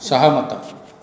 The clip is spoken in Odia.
ସହମତ